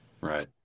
Right